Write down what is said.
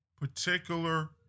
particular